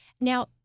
Now